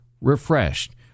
refreshed